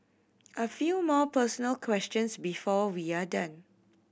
a few more personal questions before we are done